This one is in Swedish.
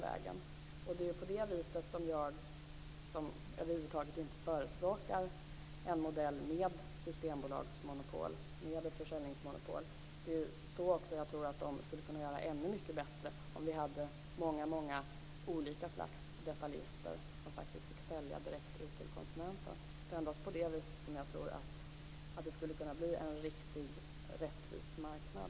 Det är på det viset som jag, som över huvud taget inte förespråkar en modell med systembolagsmonopol, försäljningsmonopol, tror att de skulle kunna göra ännu bättre ifrån sig om vi hade många olika slags detaljister som fick sälja direkt till konsumenten. Det är endast på det viset som jag tror att det skulle kunna bli en riktig, rättvis marknad.